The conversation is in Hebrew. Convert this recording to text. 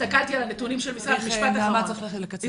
הסתכלתי על הנתונים --- נעמה, צריך לקצר.